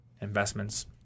investments